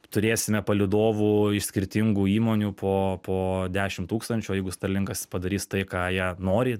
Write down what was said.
turėsime palydovų iš skirtingų įmonių po po dešimt tūkstančių jeigu starlinkas padarys tai ką jie nori